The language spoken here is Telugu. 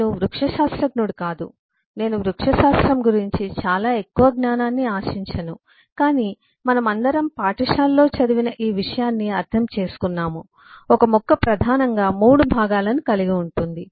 నేను వృక్షశాస్త్రజ్ఞుడు కాదు నేను వృక్షశాస్త్రం గురించి చాలా ఎక్కువ జ్ఞానాన్ని ఆశించను కాని మనమందరం పాఠశాలలో చదివిన ఈ విషయాన్ని అర్థం చేసుకున్నాము ఒక మొక్క ప్రధానంగా మూడు భాగాలను కలిగి ఉంటుంది